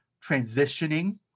transitioning